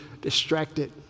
distracted